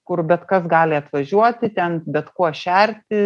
kur bet kas gali atvažiuoti ten bet kuo šerti